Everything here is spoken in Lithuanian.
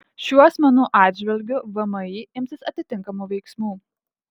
šių asmenų atžvilgiu vmi imsis atitinkamų veiksmų